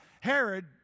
Herod